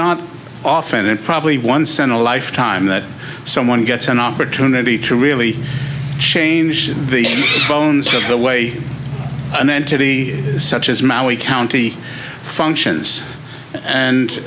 not often and probably once in a lifetime that someone gets an opportunity to really change the bones of the way an entity such as maui county functions and